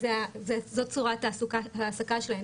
זאת צורת ההעסקה שלהם,